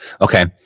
Okay